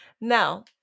Now